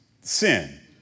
sin